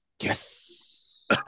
Yes